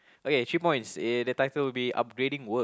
okay three points eh the title will be upgrading work